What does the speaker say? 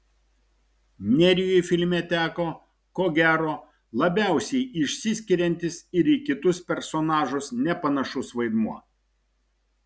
nerijui filme teko ko gero labiausiai išsiskiriantis ir į kitus personažus nepanašus vaidmuo